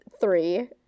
three